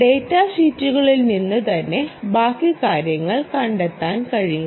data ഷീറ്റിൽ നിന്ന് തന്നെ ബാക്കി കാര്യങ്ങൾ കണ്ടെത്താൻ കഴിയും